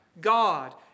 God